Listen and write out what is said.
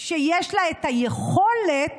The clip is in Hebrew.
שיש לה את היכולת